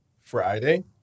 Friday